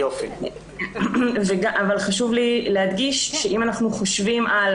אבל חשוב לי להדגיש שאם אנחנו חושבים על